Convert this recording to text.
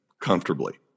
comfortably